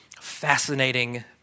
Fascinating